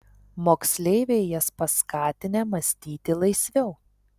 moksleiviai jas paskatinę mąstyti laisviau